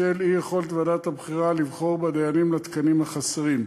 בשל אי-יכולת ועדת הבחירה לבחור בדיינים לתקנים החסרים.